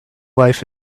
life